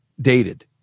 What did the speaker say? dated